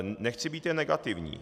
Nechci být jen negativní.